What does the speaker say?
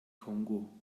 kongo